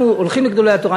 אנחנו הולכים לגדולי התורה,